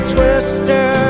Twister